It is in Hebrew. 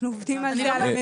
אנחנו עובדים על זה.